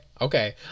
okay